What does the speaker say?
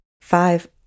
Five